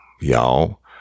y'all